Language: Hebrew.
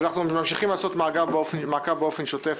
אז אנחנו ממשיכים לעשות מעקב באופן שוטף.